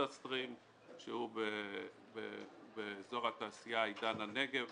סטרים שהוא באזור התעשייה עידן הנגב,